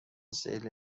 سیل